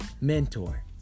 Mentor